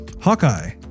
Hawkeye